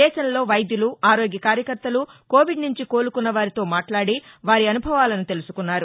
దేశంలో వైద్యులు ఆరోగ్య కార్యకర్తలు కోవిడ్ సుంచి కోలుకున్నవారితో మాట్లాది వారి అనుభవాలను తెలుసుకున్నారు